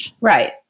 right